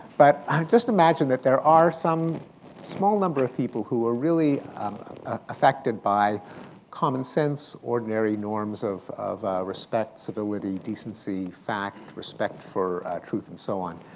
but just imagine that there are some small number of people who are really affected by common sense, ordinary norms of of respect, civility, decency, fact, respect for truth, and so on.